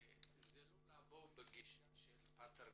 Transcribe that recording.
זה לא לבוא בגישה פטרנליסטית,